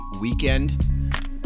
weekend